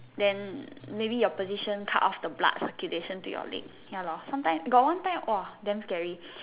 then maybe your position cut off the blood circulation to your leg sometime got one time !wah! demon scary